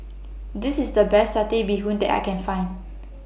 This IS The Best Satay Bee Hoon that I Can Find